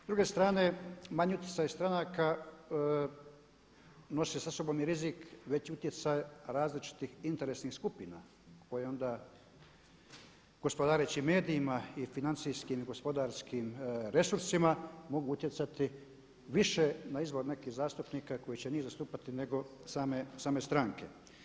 S druge strane manji utjecaj stranaka nosi sa sobom i rizik veći utjecaj različitih interesnih skupina koje onda gospodareći i medijima i financijskim i gospodarskim resursima mogu utjecati više na izbor nekih zastupnika koji će njih zastupati nego same stranke.